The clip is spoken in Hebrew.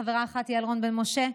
חברה אחת: יעל רון בן משה,